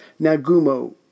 Nagumo